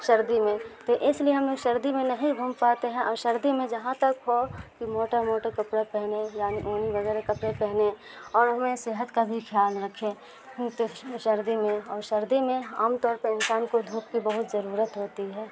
سردی میں تو اس لیے ہم لوگ سردی میں نہیں گھوم پاتے ہیں اور سردی میں جہاں تک ہو کہ موٹے موٹے کپڑے پہنے یعنی اونی وغیرہ کپڑے پہنے اور ہمیں صحت کا بھی خیال رکھے تو سردی میں اور سردی میں عام طور پرہ انسان کو دھوپ کی بہت ضرورت ہوتی ہے